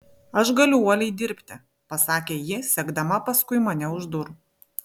aš galiu uoliai dirbti pasakė ji sekdama paskui mane už durų